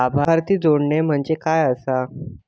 लाभार्थी जोडणे म्हणजे काय आसा?